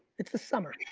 it's the summer.